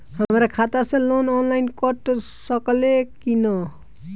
हमरा खाता से लोन ऑनलाइन कट सकले कि न?